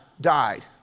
died